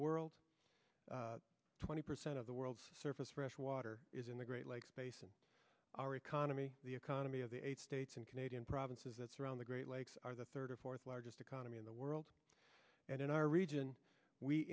world twenty percent of the world's surface freshwater is in the great lakes basin our economy the economy of the eight states and canadian provinces that's around the great lakes are the third or fourth largest economy in the world and in our region we